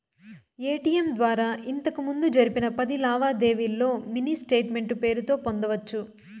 ATM ద్వారా ఇంతకిముందు జరిపిన పది లావాదేవీల్లో మినీ స్టేట్మెంటు పేరుతో పొందొచ్చు